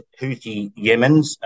Houthi-Yemens